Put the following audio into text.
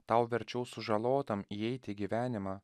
tau verčiau sužalotam įeit į gyvenimą